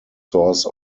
source